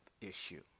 issue